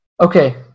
Okay